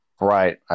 Right